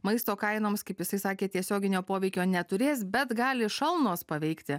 maisto kainoms kaip jisai sakė tiesioginio poveikio neturės bet gali šalnos paveikti